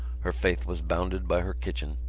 her faith was bounded by her kitchen,